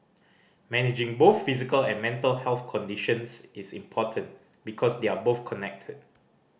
managing both physical and mental health conditions is important because they are both connected